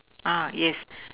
uh yes